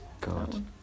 God